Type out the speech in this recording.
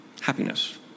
happiness